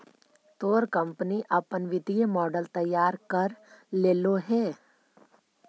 तोर कंपनी अपन वित्तीय मॉडल तैयार कर लेलो हे?